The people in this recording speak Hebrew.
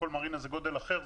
לכל מרינה זה גודל אחר.